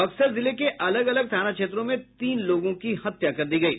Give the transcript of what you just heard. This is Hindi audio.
बक्सर जिले के अलग अलग थाना क्षेत्रों में तीन लोगों की हत्या कर दी गयी